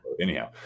anyhow